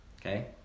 Okay